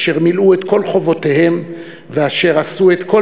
אשר מילאו את כל חובותיהם ואשר עשו את כל